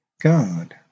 God